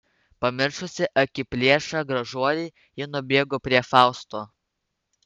pamiršusi akiplėšą gražuolį ji nubėgo prie fausto